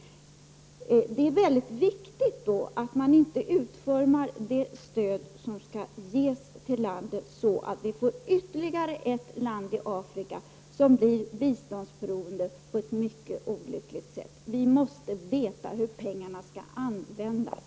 Då är det väldigt viktigt att man inte utformar det stödet så att vi får ytterligare ett land i Afrika som blir biståndsberoende på ett mycket olyckligt sätt. Vi måste veta hur pengarna skall användas.